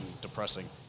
depressing